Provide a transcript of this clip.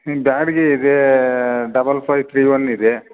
ನಿಮ್ಮ ಬ್ಯಾಡಗಿ ಇದೆ double five three one ಇದೆ